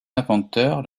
inventeur